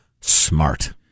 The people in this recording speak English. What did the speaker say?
smart